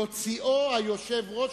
יוציאו היושב-ראש